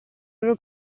loro